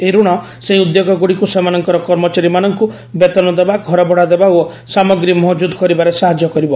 ଏହି ଋଣ ସେହି ଉଦ୍ୟୋଗଗ୍ରଡିକ୍ ସେମାନଙ୍କର କର୍ମଚାରୀମାନଙ୍କ ବେତନ ଦେବା ଘରଭଡ଼ା ଦେବା ଓ ସାମଗ୍ରୀ ମହଜୁଦ୍ କରିବାରେ ସାହାଯ୍ୟ କରିବ